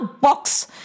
box